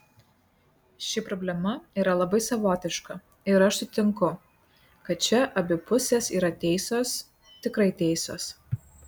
ši problema yra labai savotiška ir aš sutinku kad čia abi pusės yra teisios tikrai teisios